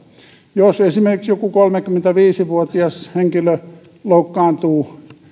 jos esimerkiksi joku kolmekymmentäviisi vuotias henkilö loukkaantuu